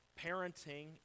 parenting